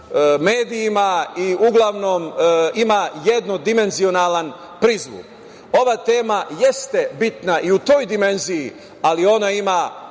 medijima i uglavnom ima jedan dimenzionalan prizvuk. Ova tema jeste bitna i u toj dimenziji, ali ona ima